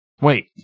Wait